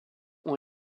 ont